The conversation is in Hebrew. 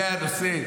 זה הנושא?